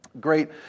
Great